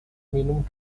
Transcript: minum